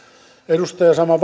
edustaja ja saman